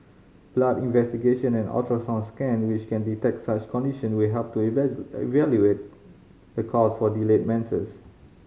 blood investigation and ultrasound scan which can detect such condition will help to evaluate the cause for delayed menses